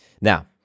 Now